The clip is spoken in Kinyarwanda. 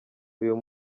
uyu